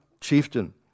chieftain